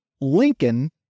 Lincoln